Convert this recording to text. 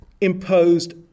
imposed